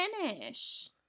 finish